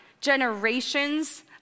generations